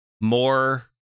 more